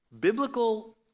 Biblical